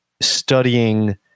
studying